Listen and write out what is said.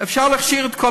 אפשר להכשיר את כל